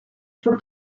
for